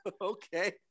Okay